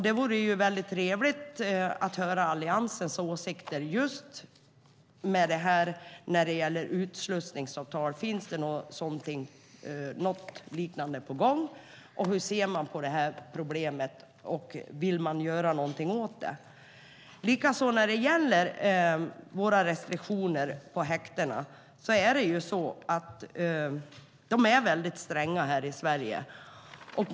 Det vore trevligt att höra Alliansens åsikter om utslussningsavtal. Är det något sådant på gång? Hur ser man på detta problem, och vill man göra något åt det? Som jag sade har vi stränga restriktioner på häktena i Sverige.